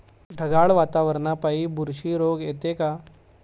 ढगाळ वातावरनापाई बुरशी रोग येते का?